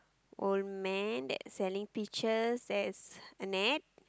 old man that's selling peaches there is a net